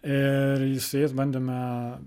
ir su jais bandėme